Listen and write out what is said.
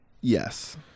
Yes